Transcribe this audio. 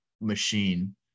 machine